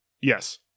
Yes